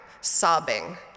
sobbing